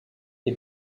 est